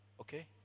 okay